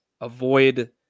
avoid